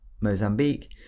Mozambique